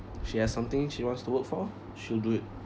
she has something she wants to work for she'll do it